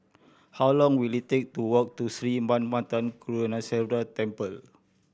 how long will it take to walk to Sri Manmatha Karuneshvarar Temple